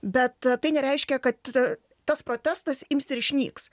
bet tai nereiškia kad tas protestas ims ir išnyks